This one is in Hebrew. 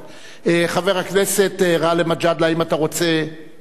חבר הכנסת גאלב מג'אדלה, אם אתה רוצה להשיב.